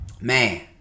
man